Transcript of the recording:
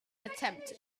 attempt